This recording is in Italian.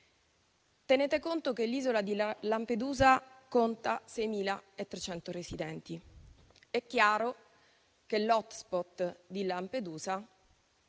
Tenete conto che l'isola di Lampedusa conta 6.300 residenti. È chiaro che l'*hot spot* di Lampedusa